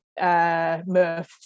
Murph